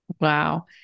Wow